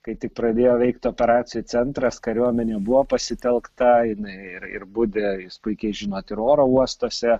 kai tik pradėjo veikt operacijų centras kariuomenė buvo pasitelkta jinai ir ir budi jūs puikiai žinot ir oro uostuose